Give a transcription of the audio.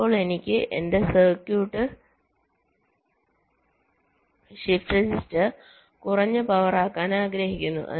ഇപ്പോൾ എനിക്ക് എന്റെ സർക്യൂട്ട് ഷിഫ്റ്റ് രജിസ്റ്റർ കുറഞ്ഞ പവർ ആക്കാൻ ആഗ്രഹിക്കുന്നു